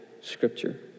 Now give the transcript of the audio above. scripture